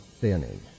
thinning